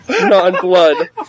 non-blood